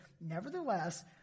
nevertheless